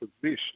position